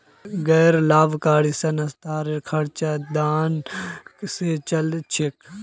गैर लाभकारी संस्थार खर्च दान स चल छेक